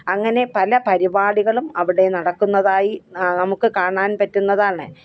അങ്ങനെ പല പരിപാടികളും അവിടെ നടക്കുന്നതായി നമുക്ക് കാണാൻ പറ്റുന്നതാണ്